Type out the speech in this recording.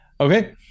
Okay